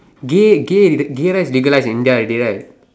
gay gay the gay rights legalize in India already right